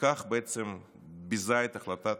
ובכך בעצם ביזה את החלטת